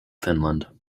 finland